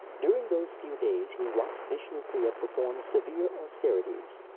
during those few days he watched vishnupriya perform severe austerities.